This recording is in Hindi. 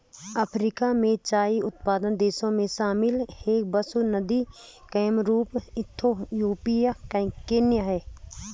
अफ्रीका में चाय उत्पादक देशों में शामिल हैं बुसन्दी कैमरून इथियोपिया केन्या है